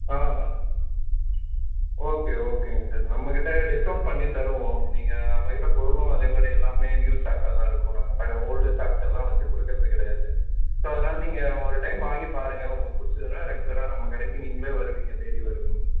ஆ ஆ ஓகே ஓகேங்க சார் நம்மகிட்ட டிஸ்கவுண்ட் பண்ணித் தருவோம் நீங்கள் நம்மகிட்ட பொருளும் அதேமாதிரி எல்லாமே நியூ ஸ்டாக்காக தான் இருக்கும் நாங்கள் பழைய ஓல்டு ஸ்டாக்ஸ் எல்லாம் வச்சு கொடுக்கறது கிடையாது ஸோ அதனால் நீங்கள் ஒரு டைம் வாங்கிப் பாருங்கள் உங்களுக்கு பிடிச்சிதுன்னா ரெகுலராக நம்ம கடைக்கு நீங்களே வருவீங்க தேடி வருவீங்க